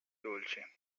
dolci